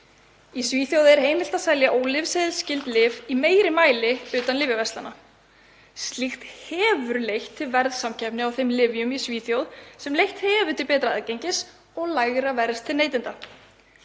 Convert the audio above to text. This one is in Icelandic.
Í Svíþjóð er heimilt að selja ólyfseðilsskyld lyf í meiri mæli utan lyfjaverslana. Slíkt hefur leitt til verðsamkeppni á þeim lyfjum í Svíþjóð sem leitt hefur til betra aðgengis og lægra verðs til neytenda.